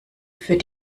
für